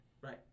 Right